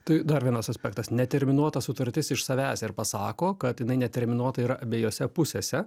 tai dar vienas aspektas neterminuota sutartis iš savęs ir pasako kad jinai neterminuotai yra abiejose pusėse